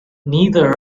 neither